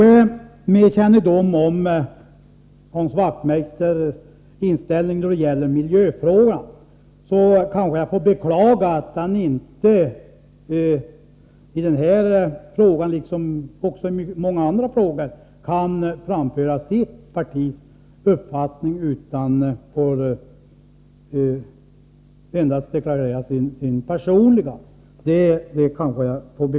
Med kännedom om Hans Wachtmeisters inställning när det gäller miljöfrågorna kanske jag får beklaga att han i den här frågan liksom i många andra frågor inte kan framföra sitt partis uppfattning utan endast får deklarera sin personliga uppfattning.